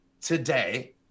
today